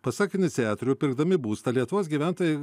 pasak iniciatorių pirkdami būstą lietuvos gyventojai